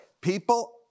people